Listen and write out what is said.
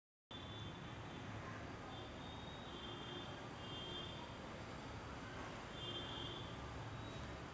निर्यात किंवा आयात करण्यापूर्वी व्यापारातील अडथळे मुक्त व्यापारात अडथळा आणतात